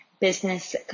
business